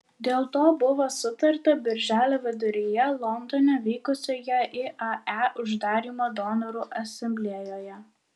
dėl to buvo sutarta birželio viduryje londone vykusioje iae uždarymo donorų asamblėjoje